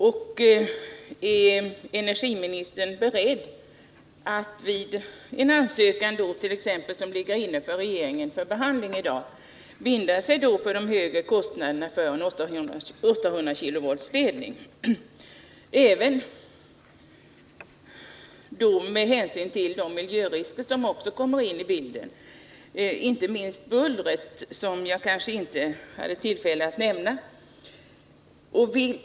Är energiministern beredd att vid behandling av t.ex. den ansökan som f.n. finns hos regeringen binda sig för de högre kostnaderna för en 800 kV-ledning trots de miljörisker som en sådan för med sig? Till miljöriskerna hör inte minst bullret, som jag inte hade tillfälle att nämna i mitt förra inlägg.